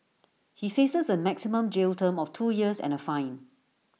he faces A maximum jail term of two years and A fine